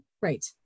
Right